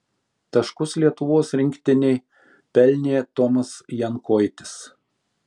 taškus lietuvos rinktinei pelnė tomas jankoitis